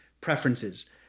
preferences